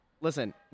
Listen